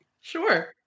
Sure